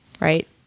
Right